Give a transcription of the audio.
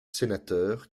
sénateur